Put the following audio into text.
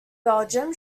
belgium